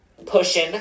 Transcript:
Pushing